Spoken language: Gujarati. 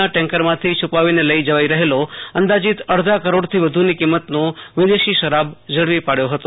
ના ટેન્કરમાંથી છુપાવીને લઇ જવાઈ રહેલા અંદાજીત અડધા કરોડથી વધુની કિંમતનો વિદેશી શરાબ ઝડપી પડ્યો હતો